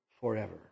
forever